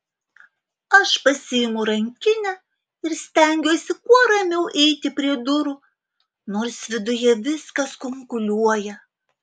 aš pasiimu rankinę ir stengiuosi kuo ramiau eiti prie durų nors viduje viskas kunkuliuoja